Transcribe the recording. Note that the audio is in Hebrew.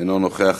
אינו נוכח.